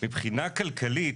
מבחינה כלכלית,